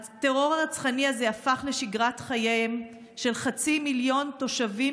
הטרור הרצחני הפך לשגרת חייהם של חצי מיליון תושבים